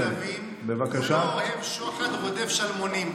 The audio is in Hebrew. "שריך סוררים וחברי גנבים כלו אהב שחד רודף שלמנים",